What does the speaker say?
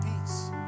peace